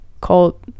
called